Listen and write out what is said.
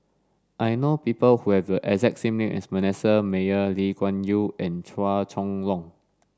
I know people who have the exact same name as Manasseh Meyer Lee Kuan Yew and Chua Chong Long